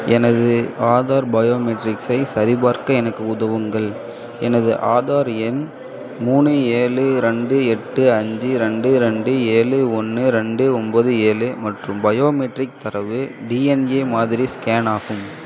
எனது ஆதார் பயோமெட்ரிக்ஸை சரிபார்க்க எனக்கு உதவுங்கள் எனது ஆதார் எண் மூணு ஏழு ரெண்டு எட்டு அஞ்சு ரெண்டு ரெண்டு ஏழு ஒன்று ரெண்டு ஒம்போது ஏழு மற்றும் பயோமெட்ரிக் தரவு டிஎன்ஏ மாதிரி ஸ்கேன் ஆகும்